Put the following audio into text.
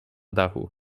dachu